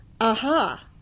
Aha